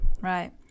right